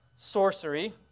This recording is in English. sorcery